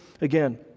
again